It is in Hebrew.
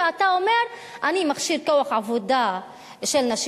ואתה אומר: אני מכשיר כוח עבודה של נשים